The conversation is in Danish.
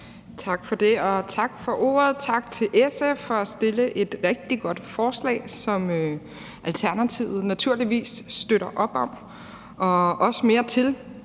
Tak for ordet, og tak til SF for at fremsætte et rigtig godt forslag, som Alternativet naturligvis støtter op om og også mere til.